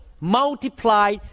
Multiply